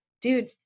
Dude